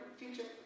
future